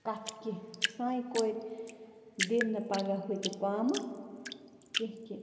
کَتھٕ کیٚنٛہہ سانہِ کورِ دِنۍ نہٕ پگاہ ہُتہِ پامہٕ کیٚنٛہہ کہِ